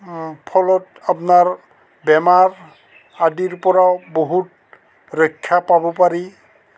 ফলত আপনাৰ বেমাৰ আদিৰ পৰাও বহুত ৰক্ষা পাব পাৰি